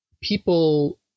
people